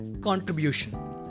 contribution